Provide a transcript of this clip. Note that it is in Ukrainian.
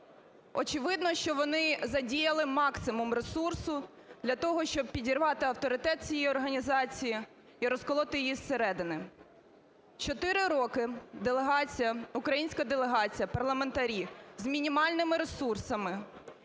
Очевидно, що вони задіяли максимум ресурсу для того, щоб підірвати авторитет цій організації і розколоти її зсередини. 4 роки делегація, українська делегація, парламентарі з мінімальними ресурсами,